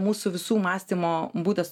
mūsų visų mąstymo būdas